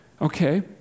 Okay